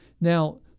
Now